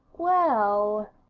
well,